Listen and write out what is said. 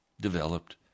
developed